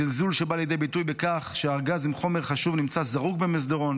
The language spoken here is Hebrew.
זלזול שבא לידי ביטוי בכך שארגז עם חומר חשוב נמצא זרוק במסדרון,